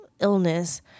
illness